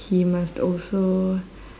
he must also